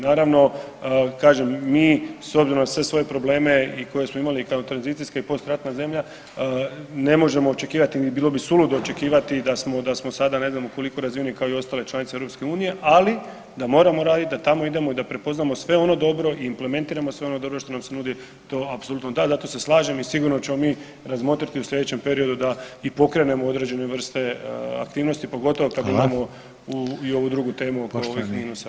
Naravno, kažem mi s obzirom na sve svoje probleme koje smo imali i kao tranzicijska i postratna zemlja ne možemo očekivati i bilo bi suludo očekivati da smo sad ne ukoliko razvijeni kao i ostale članice EU, ali da moramo raditi da tamo idemo i da prepoznamo sve ono dobro i implementiramo sve ono dobro što nam se nudi, to apsolutno da i sigurno ćemo mi razmotriti u slijedećem periodu da i pokrenemo određene vrste aktivnosti pogotovo [[Upadica: Hvala.]] i ovu drugu temu oko ovih minusa.